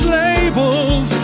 labels